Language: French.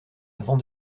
avant